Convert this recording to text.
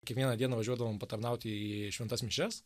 kiekvieną dieną važiuodavom patarnauti į šventas mišias